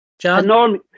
John